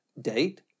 date